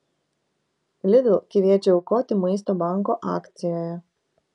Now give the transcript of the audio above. lidl kviečia aukoti maisto banko akcijoje